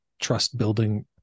trust-building